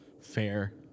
fair